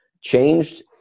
changed